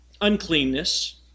Uncleanness